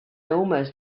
almost